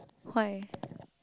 why